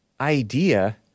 Idea